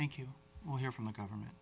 thank you we'll hear from the government